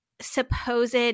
supposed